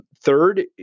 Third